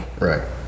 Right